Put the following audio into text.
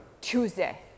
Tuesday